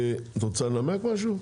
את רוצה לנמק משהו?